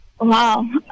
Wow